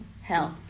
health